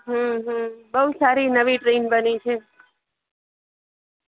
હં હં બહુ સારી નવી ટ્રેન બની છે